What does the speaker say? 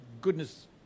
goodness